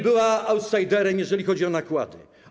Była outsiderem, jeżeli chodzi o nakłady.